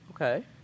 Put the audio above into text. Okay